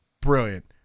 brilliant